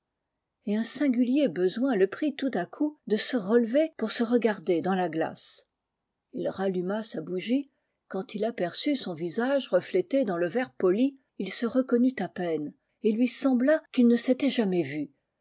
et un singulier besoin le prit tout à coup de se relever pour se regarder dans la glace ii ralluma sa bougie quand il aperçut son visage reflété dans le verre poli il se reconnut à peine et il lui sembla qu'il ne s'était jamais vu